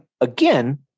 Again